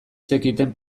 zekiten